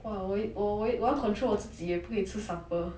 !wah! 我我我要 control 我自己 leh 不可以吃 supper